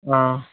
ఆ